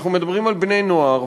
אנחנו מדברים על בני-נוער.